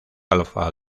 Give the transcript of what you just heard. alpha